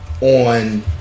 on